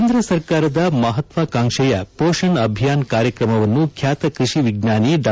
ಕೇಂದ್ರ ಸರ್ಕಾರದ ಮಹತ್ವಾಕಾಂಕ್ಷೆಯ ಪೋಷಣ್ ಅಭಿಯಾನ್ ಕಾರ್ಯಕ್ರಮವನ್ನು ಖ್ಯಾತ ಕೃಷಿ ವಿಜ್ಞಾನಿ ಡಾ